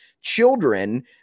children